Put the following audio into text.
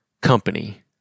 company